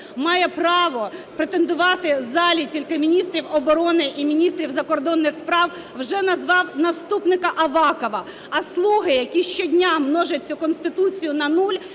має право претендувати залі тільки міністрів оборони і міністрів закордонних справ, вже назвав наступника Авакова, а "слуги", які щодня множать цю Конституцію на нуль,